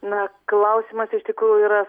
na klausimas iš tikrųjų yra